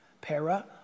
Para